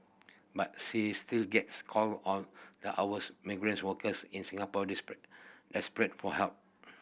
but she still gets call all the hours migrants workers in Singapore desperate for help